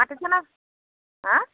মাতিছেনে হেঁ